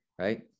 right